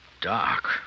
dark